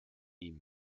ihm